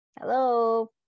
Hello